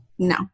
No